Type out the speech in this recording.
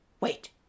Wait